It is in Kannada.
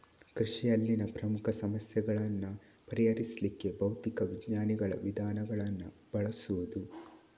ಕೃಷಿಯಲ್ಲಿನ ಪ್ರಮುಖ ಸಮಸ್ಯೆಗಳನ್ನ ಪರಿಹರಿಸ್ಲಿಕ್ಕೆ ಭೌತಿಕ ವಿಜ್ಞಾನಗಳ ವಿಧಾನಗಳನ್ನ ಬಳಸುದು